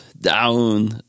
down